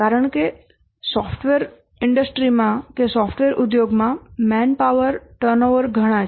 કારણ કે સોફ્ટવેર ઉદ્યોગમાં મેનપાવર ટર્નઓવર ઘણાં છે